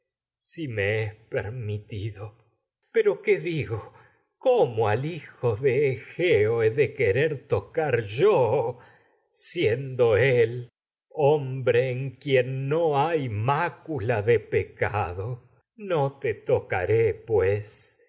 tu frente permitido pero qué digo cómo al hijo querer de egeo no he de tocar yo siendo él hombre en quien dejaré hay mácula de pecado no te tocaré pues